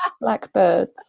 Blackbirds